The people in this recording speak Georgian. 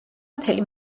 მთელი